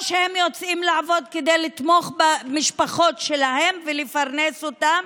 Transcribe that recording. הם יוצאים לעבוד או כדי לתמוך במשפחות שלהם ולפרנס אותן